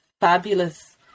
fabulous